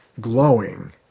glowing